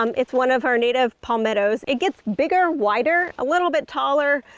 um it's one of our native palmettoes. it gets bigger, wider, a little bit taller.